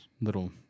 little